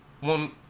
one